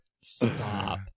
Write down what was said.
Stop